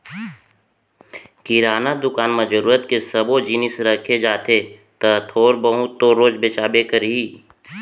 किराना दुकान म जरूरत के सब्बो जिनिस रखे जाथे त थोर बहुत तो रोज बेचाबे करही